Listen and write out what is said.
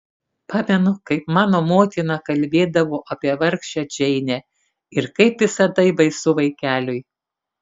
pamenu kaip mano motina kalbėdavo apie vargšę džeinę ir kaip visa tai baisu vaikeliui